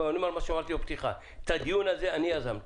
אבל אני אומר מה שאמרתי בפתיחה: את הדיון הזה אני יזמתי,